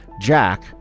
Jack